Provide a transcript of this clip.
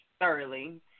thoroughly